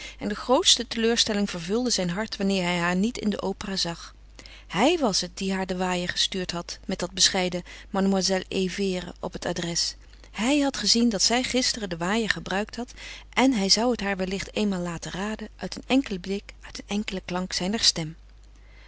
en de grootste teleurstelling vervulde zijn hart wanneer hij haar niet in de opera zag hij was het die haar den waaier gestuurd had met dat bescheiden mlle e vere op het adres hij had gezien dat zij gisteren den waaier gebruikt had en hij zou het haar wellicht eenmaal laten raden uit een enkelen blik uit een enkelen klank zijner stem